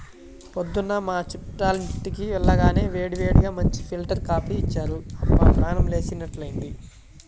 పొద్దున్న మా చుట్టాలింటికి వెళ్లగానే వేడివేడిగా మంచి ఫిల్టర్ కాపీ ఇచ్చారు, అబ్బా ప్రాణం లేచినట్లైంది